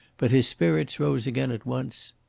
but his spirits rose again at once.